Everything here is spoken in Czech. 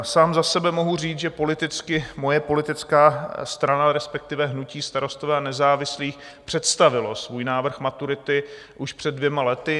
Sám za sebe mohu říct, že politicky, moje politická strana, respektive hnutí Starostové a nezávislí představilo svůj návrh maturity už před dvěma lety.